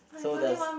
so does